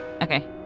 Okay